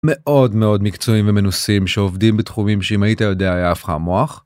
מאוד מאוד מקצועיים ומנוסים שעובדים בתחומים שאם היית יודע היה עף לך המוח.